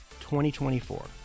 2024